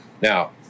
Now